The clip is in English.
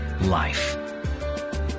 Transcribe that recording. life